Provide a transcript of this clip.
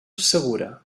segura